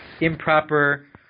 improper